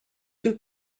two